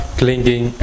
clinging